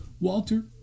Walter